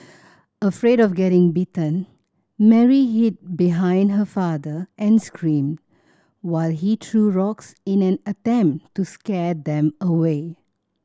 afraid of getting bitten Mary hid behind her father and screamed while he threw rocks in an attempt to scare them away